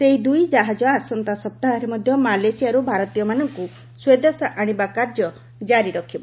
ସେହି ଦୁଇ ଜାହାଜ ଆସନ୍ତା ସପ୍ତାହରେ ମଧ୍ୟ ମାଲେସିଆରୁ ଭାରତୀୟମାନଙ୍କୁ ସ୍ୱଦେଶ ଆଣିବା କାର୍ଯ୍ୟ ଜାରି ରଖିବ